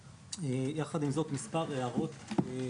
יחד עם זאת, מספר הערות לגבי